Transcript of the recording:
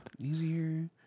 Easier